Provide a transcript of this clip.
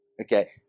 Okay